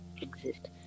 exist